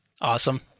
Awesome